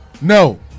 No